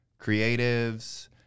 creatives